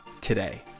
today